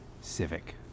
Civic